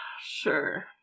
Sure